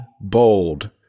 bold